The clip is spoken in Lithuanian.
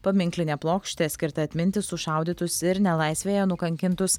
paminklinė plokštė skirta atminti sušaudytus ir nelaisvėje nukankintus